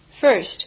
first